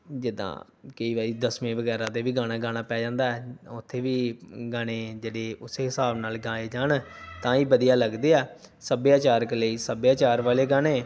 ਜਿੱਦਾਂ ਕਈ ਵਾਰੀ ਦਸਵੀਂ ਵਗੈਰਾ 'ਤੇ ਵੀ ਗਾਣਾ ਗਾਣਾ ਪੈ ਜਾਂਦਾ ਹੈ ਉੱਥੇ ਵੀ ਗਾਣੇ ਜਿਹੜੇ ਉਸੇ ਹਿਸਾਬ ਨਾਲ ਗਾਏ ਜਾਣ ਤਾਂ ਹੀ ਵਧੀਆ ਲੱਗਦੇ ਹੈ ਸੱਭਿਆਚਾਰਕ ਲਈ ਸੱਭਿਆਚਾਰ ਵਾਲੇ ਗਾਣੇ